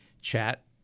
chat